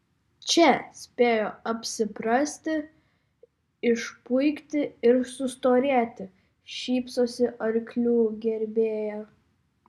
čia spėjo apsiprasti išpuikti ir sustorėti šypsosi arklių gerbėja